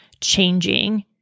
changing